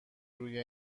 روی